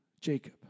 Jacob